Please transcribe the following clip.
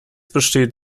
besteht